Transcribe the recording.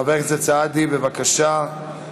חבר הכנסת סעדי, בבקשה.